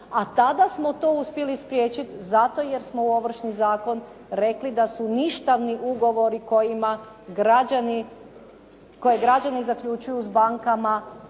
a tada smo to uspjeli spriječiti zato jer smo u ovršni zakon rekli da su ništavni ugovori kojima građani, koje građani zaključuju s bankama,